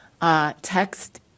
Text